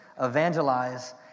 evangelize